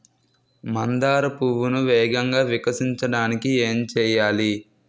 మందార పువ్వును వేగంగా వికసించడానికి ఏం చేయాలి?